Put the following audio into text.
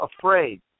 afraid